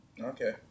Okay